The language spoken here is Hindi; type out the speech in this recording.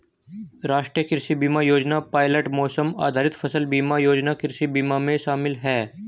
राष्ट्रीय कृषि बीमा योजना पायलट मौसम आधारित फसल बीमा योजना कृषि बीमा में शामिल है